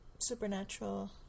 supernatural